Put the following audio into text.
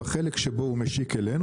בחלק שבו הוא משיק אלינו,